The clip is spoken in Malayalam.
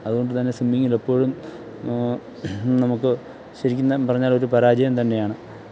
അതു കൊണ്ടു തന്നെ സിമ്മിംഗിൽ എപ്പോഴും നമുക്ക് ശരിക്കും പറഞ്ഞ ഒരു പരാജയം തന്നെയാണ്